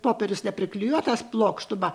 popierius nepriklijuotas plokštuma